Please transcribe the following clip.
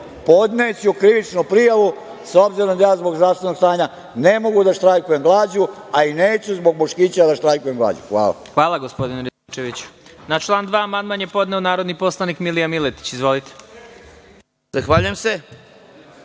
podneću krivičnu prijavu s obzirom da ja zbog zdravstvenog stanja ne mogu da štrajkujem glađu, a i neću zbog Boškića da štrajkujem glađu. Hvala. **Vladimir Marinković** Hvala, gospodine Rističeviću. Na član 2. amandman je podneo narodni poslanik Milija Miletić. Izvolite. **Milija